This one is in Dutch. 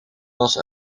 was